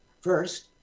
first